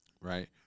Right